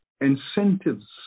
incentives